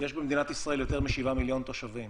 במדינת ישראל יש יותר משבעה מיליון תושבים.